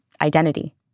identity